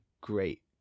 great